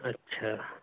अच्छा